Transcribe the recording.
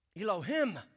Elohim